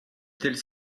tels